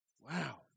Wow